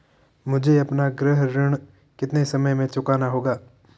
मुझे अपना गृह ऋण कितने समय में चुकाना होगा?